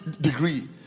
degree